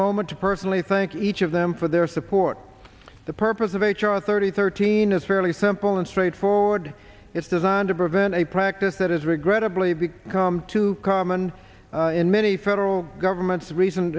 moment to personally thank each of them for their support the purpose of h r thirty thirteen is fairly simple and straightforward it's designed to prevent a practice that has regrettably become too common in many federal government's re